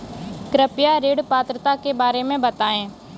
कृपया ऋण पात्रता के बारे में बताएँ?